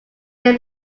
may